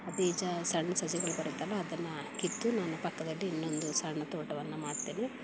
ಬೀಜ ಸಣ್ಣ ಸಸಿಗಳು ಬರುತ್ತಲ್ಲ ಅದನ್ನು ಕಿತ್ತು ನಾನು ಪಕ್ಕದಲ್ಲಿ ಇನ್ನೊಂದು ಸಣ್ಣ ತೋಟವನ್ನು ಮಾಡ್ತೇನೆ